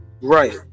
Right